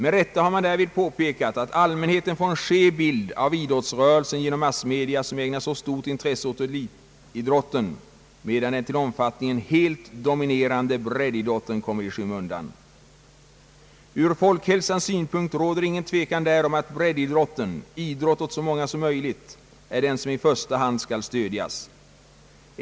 Med rätta har man därvid påpekat att allmänheten får en skev bild av idrottsrörelsen genom massmedia, som ägnar så stort intresse åt elitidrotten, medan den till omfattningen helt dominerande breddidrotten kommer i skymundan. Ur folkhälsans synpunkt råder ingen tvekan om att breddidrotten — idrott åt så många som möjligt — är den som i första hand skall stödjas.